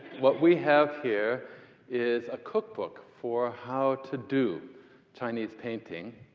what we have here is a cookbook for how to do chinese painting.